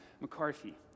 McCarthy